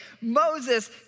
Moses